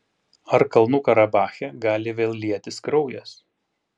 ar kalnų karabache gali vėl lietis kraujas